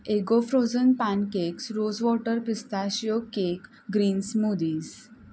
Eggo frozen pancakes rose water pistachio cake green smoothies